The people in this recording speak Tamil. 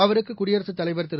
அவருக்குகுடியரசுத் தலைவர் திரு